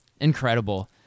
Incredible